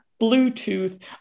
Bluetooth